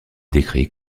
décrit